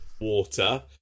water